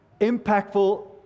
impactful